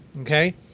Okay